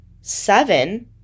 seven